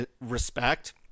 respect